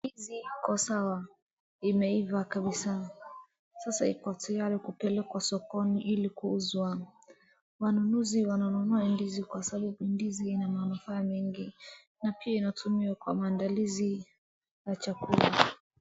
Ndizi ikosawa imeiva kabisa. Sasa iko tayari kupelekwa sokoni ili kuuzwa. Wanunuzi wananunua ndizi kosawa kwa sababu ndizi ina manufaa mengi. Na pia inatumiwa kwa maandalizi ya chakula.